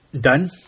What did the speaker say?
Done